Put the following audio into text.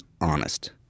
honest